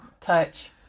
touch